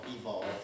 evolve